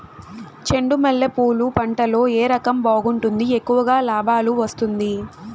చెండు మల్లె పూలు పంట లో ఏ రకం బాగుంటుంది, ఎక్కువగా లాభాలు వస్తుంది?